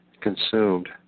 consumed